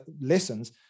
lessons